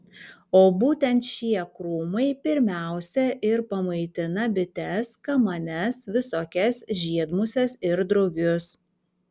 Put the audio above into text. o būtent šie krūmai pirmiausia ir pamaitina bites kamanes visokias žiedmuses ir drugius